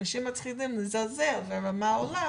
אם אנשים מתחילים לזלזל והרמה עולה